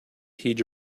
heed